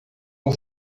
com